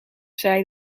zei